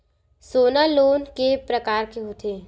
सोना लोन के प्रकार के होथे?